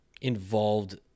involved